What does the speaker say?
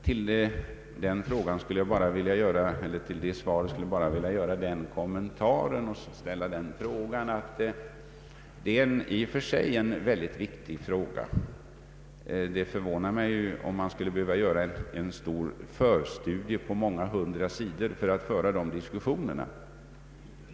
Till det svaret skulle jag bara vilja göra den kommentaren att detta naturligtvis i och för sig är en mycket viktig fråga, men det förvånar mig att man skulle behöva göra en stor förstudie på många hundra sidor för att föra de diskussionerna.